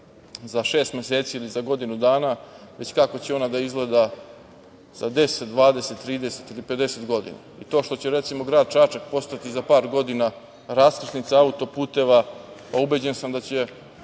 za šest meseci ili za godinu dana, već kako će ona da izgleda za 10, 20, 30 ili 50 godina. To što će recimo, grad Čačak postati za par godina raskrsnica autoputeva, pa ubeđen sam da će